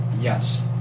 Yes